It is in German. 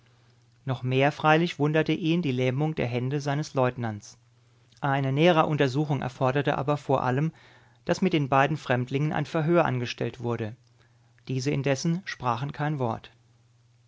noch mehr freilich wunderte ihn die lähmung der hände seines leutnants eine nähere untersuchung erforderte aber vor allem daß mit den beiden fremdlingen ein verhör angestellt wurde diese indessen sprachen kein wort